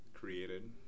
Created